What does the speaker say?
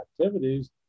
activities